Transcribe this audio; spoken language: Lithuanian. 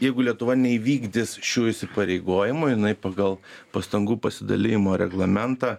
jeigu lietuva neįvykdys šių įsipareigojimų jinai pagal pastangų pasidalijimo reglamentą